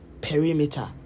perimeter